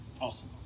awesome